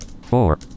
four